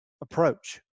approach